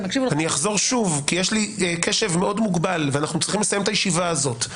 אחזור שוב כי יש לי קשב מוגבל ואנו צריכים לסיים את הישיבה הזאת.